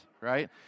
right